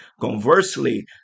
Conversely